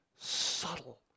subtle